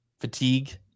fatigue